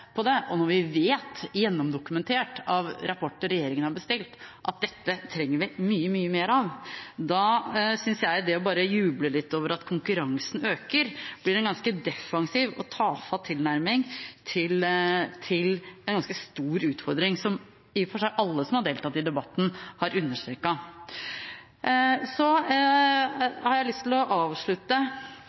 på det. Og når vi vet – det er gjennomdokumentert i rapporter regjeringen har bestilt – at dette trenger vi mye, mye mer av, syns jeg det bare å juble litt over at konkurransen øker, blir en ganske defensiv og tafatt tilnærming til en ganske stor utfordring, som i og for seg alle som har deltatt i debatten, har understreket. Jeg har lyst til å avslutte